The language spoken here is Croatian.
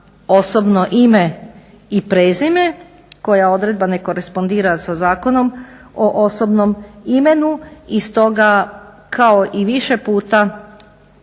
osobno ime i prezime koja odredba ne korespondira sa Zakonom o osobnom imenu i stoga kao i više puta